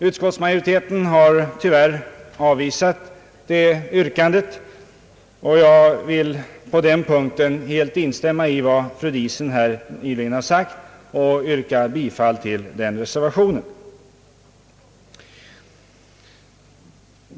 Utskottsmajoriteten har tyvärr avvisat det yrkandet, och jag vill på den punkten helt instämma i vad fru Diesen här har sagt och yrka bifall till reservationen.